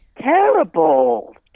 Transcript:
terrible